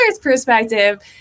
perspective